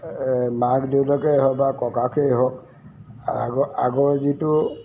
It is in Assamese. এই মাক দেউতাকেই হওক বা ককাকেই হওক আগৰ আগৰ যিটো